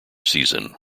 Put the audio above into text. season